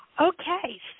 okay